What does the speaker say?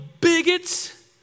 bigots